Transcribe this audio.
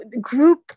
group